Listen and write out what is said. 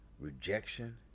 rejection